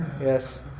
Yes